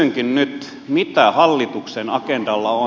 kysynkin nyt mitä hallituksen agendalla on